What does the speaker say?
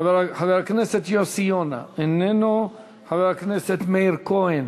חבר הכנסת יוסי יונה, איננו, חבר הכנסת מאיר כהן,